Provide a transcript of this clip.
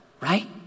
Right